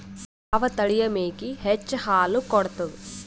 ಯಾವ ತಳಿಯ ಮೇಕಿ ಹೆಚ್ಚ ಹಾಲು ಕೊಡತದ?